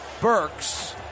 Burks